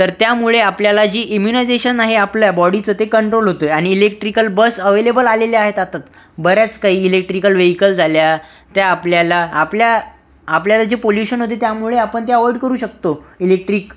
तर त्यामुळे आपल्याला जी इंमुनाईझेशन आहे आपल्या बॉडीचं ते कंट्रोल होते आणि इलेक्ट्रिकल बस अवेलेबल आलेल्या आहेत आता बऱ्याच काही इलेक्ट्रिकल वेहिकल आल्या त्या आपल्याला आपल्या आपल्याला जे पोल्युशन होते त्यामुळे आपण ते अव्हॉइड करू शकतो इलेक्ट्रिक